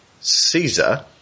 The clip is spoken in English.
Caesar